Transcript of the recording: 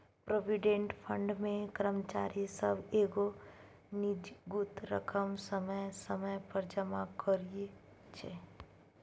provident fund मे कर्मचारी सब एगो निजगुत रकम समय समय पर जमा करइ छै